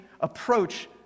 approach